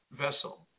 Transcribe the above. vessel